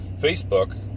Facebook